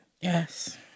Yes